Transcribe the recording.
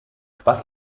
was